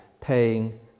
paying